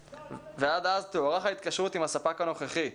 ועד אז תוארך ההתקשרות עם הספק הנוכחי.